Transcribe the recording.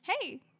Hey